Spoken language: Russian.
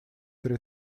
три